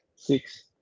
Six